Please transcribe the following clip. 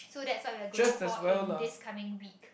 so that's what we're going for in this coming week